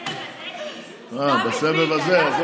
אה, בסבב הזה.